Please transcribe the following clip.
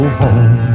home